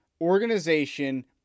organization